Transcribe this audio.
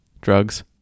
drugs